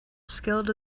skilled